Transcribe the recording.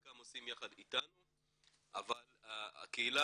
חלקם עושים יחד איתנו אבל הקהילה